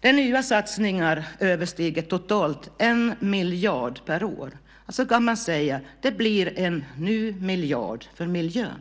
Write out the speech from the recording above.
De nya satsningarna överstiger totalt 1 miljard per år. Man kan säga att det blir en ny miljard för miljön.